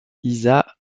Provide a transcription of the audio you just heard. isa